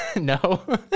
No